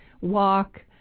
walk